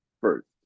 first